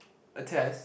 a test